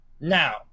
Now